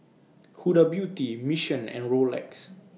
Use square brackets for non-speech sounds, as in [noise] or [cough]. [noise] Huda Beauty Mission and Rolex